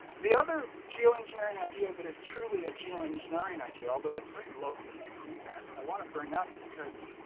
the other geoengineering idea that is truly a geoengineering idea. although it's very local in its impacts. i want to bring up because